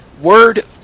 word